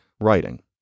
writing